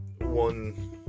one